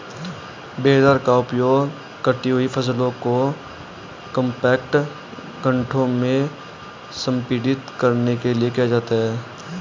baler का उपयोग कटी हुई फसल को कॉम्पैक्ट गांठों में संपीड़ित करने के लिए किया जाता है